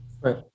Right